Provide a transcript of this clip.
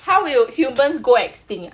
how will humans go extinct